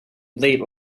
late